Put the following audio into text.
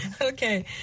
Okay